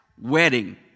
wedding